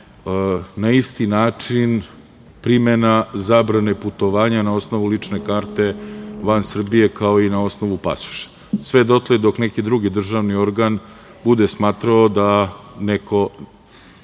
na isti način primena zabrane putovanja na osnovu lične karte van Srbije, kao i na osnovu pasoša. Sve dotle dok neki drugi državni organ bude smatrao da nekome